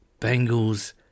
Bengals